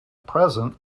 present